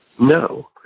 No